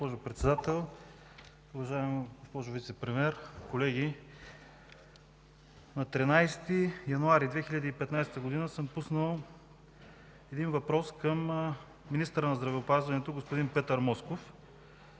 госпожо Председател, уважаема госпожо Вицепремиер, колеги! На 13 януари 2015 г. съм пуснал въпрос към министъра на здравеопазването господин Петър Москов.